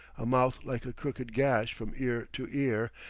a mouth like a crooked gash from ear to ear,